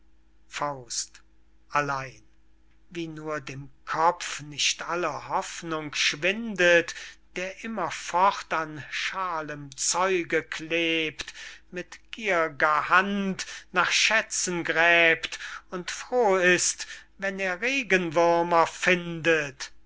faust allein wie nur dem kopf nicht alle hoffnung schwindet der immerfort an schalem zeuge klebt mit gier'ger hand nach schätzen gräbt und froh ist wenn er regenwürmer findet